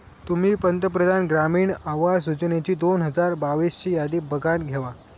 तुम्ही पंतप्रधान ग्रामीण आवास योजनेची दोन हजार बावीस ची यादी बघानं घेवा